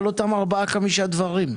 על אותם ארבעה-חמישה דברים.